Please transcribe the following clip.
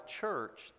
church